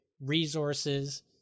resources